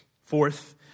Fourth